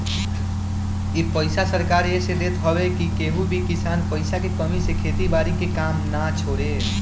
इ पईसा सरकार एह से देत हवे की केहू भी किसान पईसा के कमी से खेती बारी के काम ना छोड़े